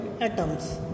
atoms